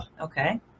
okay